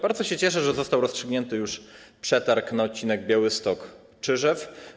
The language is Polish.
Bardzo się cieszę, że został rozstrzygnięty już przetarg na odcinek Białystok - Czyżew.